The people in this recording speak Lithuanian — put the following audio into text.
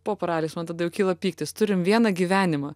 po paraliais man tada jau kyla pyktis turim vieną gyvenimą